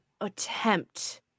attempt